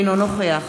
אינו נוכח